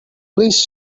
please